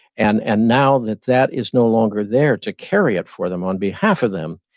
and and now that that is no longer there to carry it for them on behalf of them,